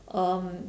um